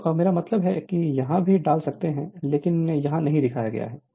तो मेरा मतलब है कि यहाँ भी डाल सकते हैं लेकिन यहाँ नहीं दिखाया गया है